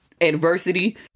adversity